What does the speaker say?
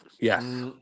Yes